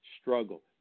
struggle